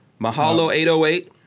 Mahalo808